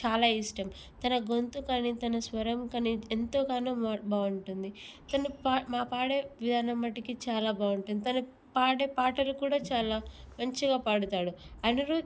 చాలా ఇష్టం తన గొంతుకు కానీ తన స్వరం కానీ ఎంతోగానో మాట్ బాగుంటుంది తను పా మా పాడే విధానం మట్టుకి చాలా బాగుంటుంది తను పాడే పాటలు కూడా చాలా మంచిగా పాడుతాడు అనిరుద్